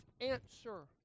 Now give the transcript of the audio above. answer